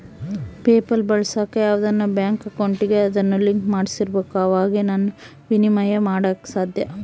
PayPal ಬಳಸಾಕ ಯಾವ್ದನ bank ಅಕೌಂಟಿಗೆ ಅದುನ್ನ ಲಿಂಕ್ ಮಾಡಿರ್ಬಕು ಅವಾಗೆ ಃನ ವಿನಿಮಯ ಮಾಡಾಕ ಸಾದ್ಯ